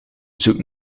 zoekt